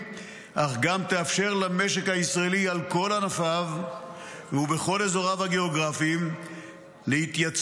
אך גם תאפשר למשק הישראלי על כל ענפיו ובכל אזוריו הגאוגרפיים להתייצב,